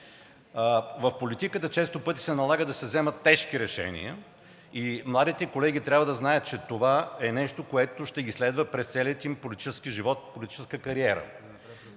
В политиката често пъти се налага да се вземат тежки решения и младите колеги трябва да знаят, че това е нещо, което ще ги следва през целия им политически живот, политическа кариера.